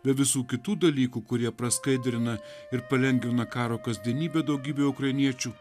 be visų kitų dalykų kurie praskaidrina ir palengvina karo kasdienybę daugybei ukrainiečių